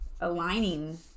aligning